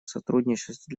сотрудничество